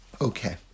Okay